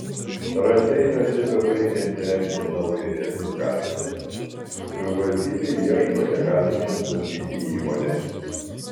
raseiniuose bebaigiant įrengti naująją turgavietę savivaldybė ieško ją galinčios valdyti įmonės